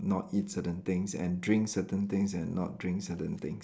not eat certain things and drink certain things and not drink certain things